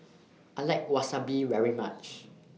I like Wasabi very much